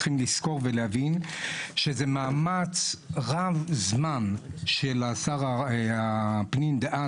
צריכים לזכור ולהבין שזה מאמץ רב זמן של שר הפנים דאז